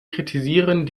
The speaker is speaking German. kritisieren